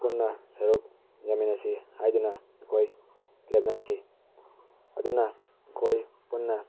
ꯄꯨꯟꯅ ꯁꯔꯨꯛ ꯌꯥꯃꯤꯟꯅꯁꯤ ꯍꯥꯏꯗꯨꯅ ꯑꯩꯈꯣꯏ ꯂꯦꯞꯅꯈꯤ ꯑꯗꯨꯅ ꯑꯩꯈꯣꯏ ꯄꯨꯟꯅ